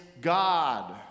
God